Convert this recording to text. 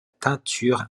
teinture